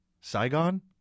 Saigon